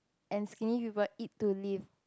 and skinny people eat to live